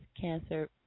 cancer